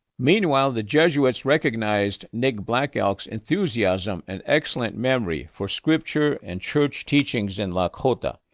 meanwhile, the jesuits recognized nick black elk's enthusiasm and excellent memory for scripture and church teachings in lakota.